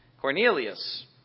Cornelius